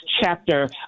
chapter